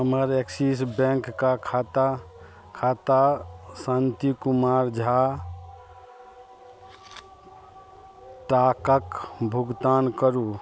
हमर एक्सिस बैँकके खाता खाता शान्ति कुमार झा टाकाके भुगतान करू